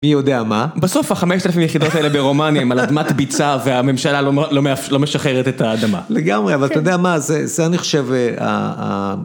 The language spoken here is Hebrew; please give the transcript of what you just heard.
מי יודע מה. בסוף החמשת אלפים יחידות האלה ברומניה הם על אדמת ביצה והממשלה לא משחררת את האדמה. לגמרי אבל אתה יודע מה זה אני חושב